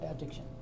addiction